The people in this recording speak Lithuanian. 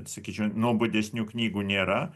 sakyčiau nuobodesnių knygų nėra